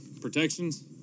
protections